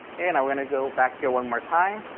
and i'm going to go back here one more time.